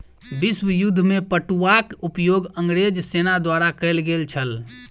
विश्व युद्ध में पटुआक उपयोग अंग्रेज सेना द्वारा कयल गेल छल